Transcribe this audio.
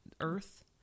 earth